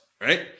Right